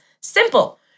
Simple